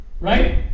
right